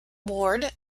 ward